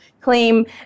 claim